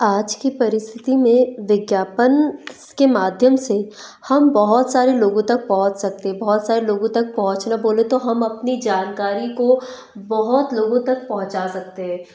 आज की परिस्थिति में विज्ञापन इसके माध्यम से हम बहूत सारे लोगों तक पहुँच सकते बहूत सारे लोगों तक पहुँचना बोले तो हम अपनी जानकारी को बहूत लोगों तक पहुँचा सकते हैं